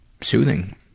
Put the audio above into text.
soothing